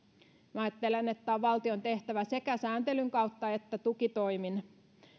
minä ajattelen että on valtion tehtävä sekä sääntelyn kautta että tukitoimin